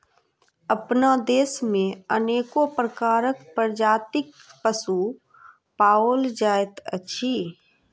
अपना देश मे अनेको प्रकारक प्रजातिक पशु पाओल जाइत अछि